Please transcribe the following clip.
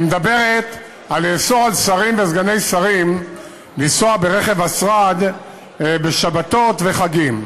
היא מדברת על לאסור על שרים וסגני שרים לנסוע ברכב השרד בשבתות וחגים.